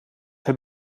heb